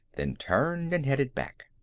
then turned and headed back.